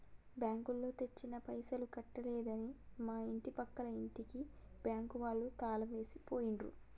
బ్యాంకులో తెచ్చిన పైసలు కట్టలేదని మా ఇంటి పక్కల ఇంటికి బ్యాంకు వాళ్ళు తాళం వేసి పోయిండ్రు